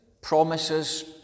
promises